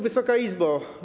Wysoka Izbo!